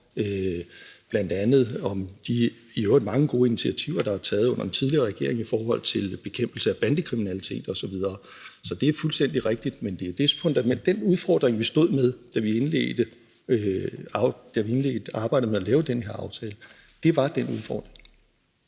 af terror og de i øvrigt mange gode initiativer, der er taget under den tidligere regering, i forhold til bekæmpelse af bandekriminalitet osv., så det er fuldstændig rigtigt. Men det, vi stod med, da vi indledte arbejdet med at lave den her aftale, var den udfordring.